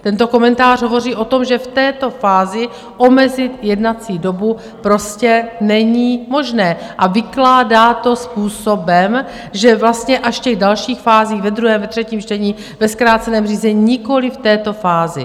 Tento komentář hovoří o tom, že v této fázi omezit jednací dobu prostě není možné, a vykládá to způsobem, že vlastně až v těch dalších fázích, ve druhém, ve třetím čtení, ve zkráceném řízení, nikoliv v této fázi.